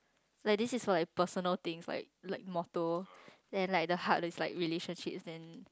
like this is my personal things like like motto and like the heart is like relationships then